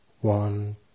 One